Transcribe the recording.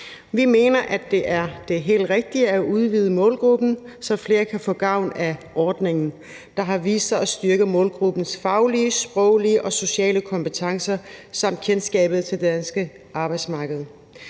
Vi mener, at det er det helt rigtige at udvide målgruppen, så flere kan få gavn af ordningen, der har vist sig at styrke målgruppens faglige, sproglige og sociale kompetencer samt kendskabet til det danske arbejdsmarked.